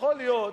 יכול להיות,